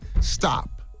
stop